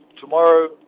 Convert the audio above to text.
tomorrow